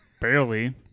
Barely